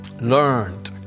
learned